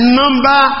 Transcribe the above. number